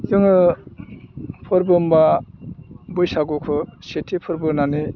जोङो फोरबो होनोबा बैसागुखौ सेथि फोरबो होननानै